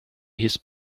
his